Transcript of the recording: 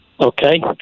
Okay